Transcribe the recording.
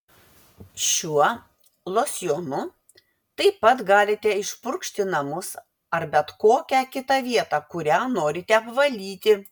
šiuo losjonu taip pat galite išpurkšti namus ar bet kokią kitą vietą kurią norite apvalyti